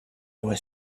was